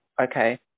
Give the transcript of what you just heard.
okay